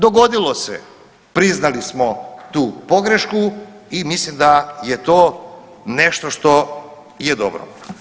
Dogodilo se, priznali smo tu pogrešku i mislim da je to nešto što je dobro.